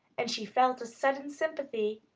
and she felt a sudden sympathy.